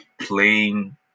playing